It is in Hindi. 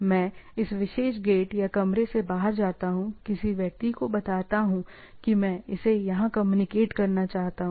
मैं इस विशेष गेट या कमरे से बाहर जाता हूं किसी व्यक्ति को बताता हूं की मैं इसे यहां कम्युनिकेट करना चाहता हूं